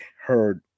heard